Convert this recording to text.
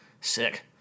Sick